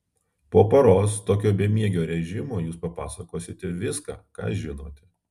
po paros tokio bemiegio režimo jūs papasakosite viską ką žinote